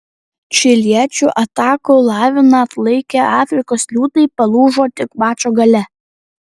čiliečių atakų laviną atlaikę afrikos liūtai palūžo tik mačo gale